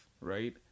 right